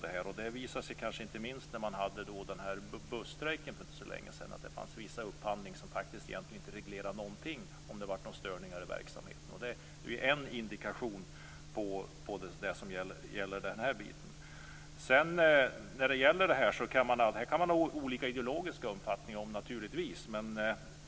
Det visade sig kanske inte minst vid busstrejken för inte så länge sedan. Det fanns vissa upphandlingar som inte reglerade någonting om det blev några störningar i verksamheten. Det är en indikation som gäller den här biten. Man kan naturligtvis ha olika ideologiska uppfattningar.